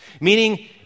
meaning